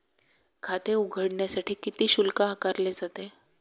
खाते उघडण्यासाठी किती शुल्क आकारले जाते?